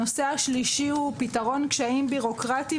נושא שלישי הוא פתרון קשיים ביורוקרטיים